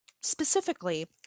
specifically